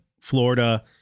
Florida